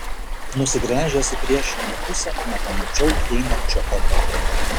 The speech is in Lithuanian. nusigręžęs į priešingą pusę nepamačiau įeinančio oto